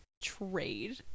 trade